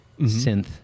synth